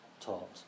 taught